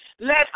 Let